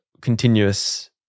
continuous